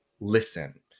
listen